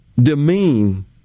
demean